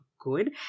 Good